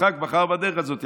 יצחק בחר בדרך הזאת,